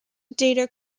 data